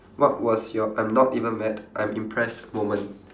what was your I'm not even mad I'm impressed moment